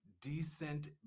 decent